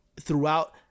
throughout